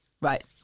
Right